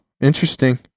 interesting